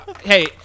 hey